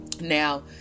Now